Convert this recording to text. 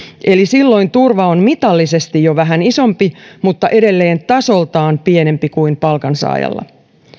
eli silloin turva on mitallisesti jo vähän isompi mutta edelleen tasoltaan pienempi kuin palkansaajalla